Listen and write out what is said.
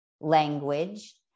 language